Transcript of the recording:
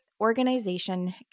organization